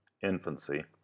infancy